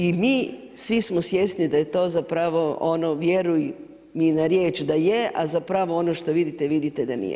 I mi svi smo svjesni da je to zapravo ono vjeruj mi na riječ da je, a zapravo ono što vidite, vidite da nije.